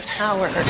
power